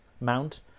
mount